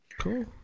cool